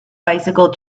bicycle